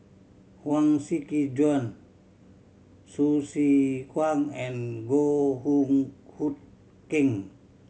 Huang Shiqi Joan Hsu Tse Kwang and Goh Hoo Hood Keng